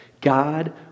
God